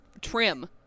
trim